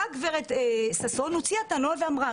באה הגב' ששון הוציא את הנוהל ואמרה